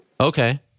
Okay